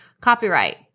Copyright